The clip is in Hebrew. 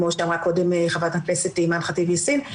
כמו שאמרה ח"כ אימאן ח'טיב יאסין,